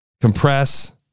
Compress